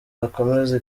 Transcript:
yakomeza